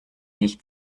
nicht